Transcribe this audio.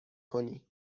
کنی